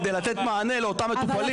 כדי לתת מענה לאותם מטופלים.